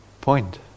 Point